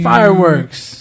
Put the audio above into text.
Fireworks